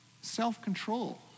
Self-control